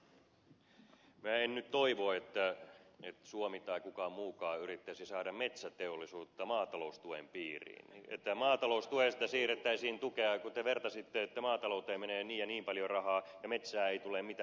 minä en nyt toivo että suomi tai kukaan muukaan yrittäisi saada metsäteollisuutta maataloustuen piiriin että maataloustuesta siirrettäisiin tukea kun te vertasitte että maatalouteen menee niin ja niin paljon rahaa ja metsään ei tule mitään